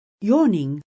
Yawning